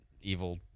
evil